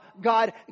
God